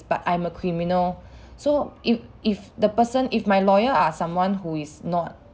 but I'm a criminal so if if the person if my lawyer are someone who is not